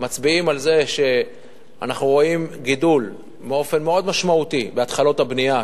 מצביעים על גידול מאוד משמעותי בהתחלות הבנייה,